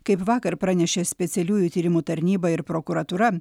kaip vakar pranešė specialiųjų tyrimų tarnyba ir prokuratūra